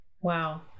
Wow